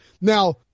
Now